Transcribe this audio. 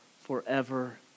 forever